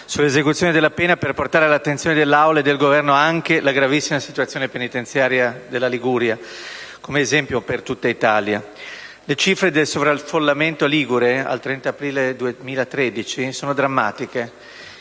sull'esecuzione della pena per portare all'attenzione dell'Aula e del Governo anche la gravissima situazione penitenziaria della Liguria, come esempio per tutta Italia. Le cifre del sovraffollamento ligure (al 30 aprile 2013) sono drammatiche: